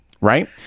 right